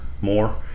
more